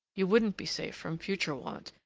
you wouldn't be safe from future want,